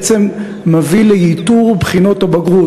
שבעצם מביא לייתור בחינות הבגרות?